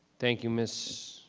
thank you. ms.